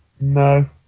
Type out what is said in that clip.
No